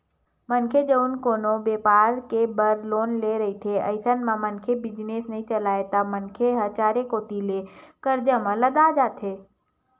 मनखे जउन कोनो बेपार करे बर लोन ले रहिथे अइसन म मनखे बिजनेस नइ चलय त मनखे ह चारे कोती ले करजा म लदा जाथे